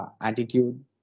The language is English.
attitude